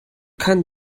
can’t